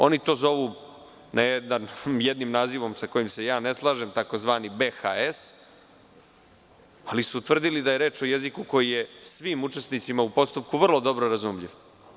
Oni to zovu jednim nazivom, sa kojim se ja ne slažem, tzv. BHS, ali su tvrdili da je reč o jeziku koji je svim učesnicima u postupku vrlo dobro razumljiv.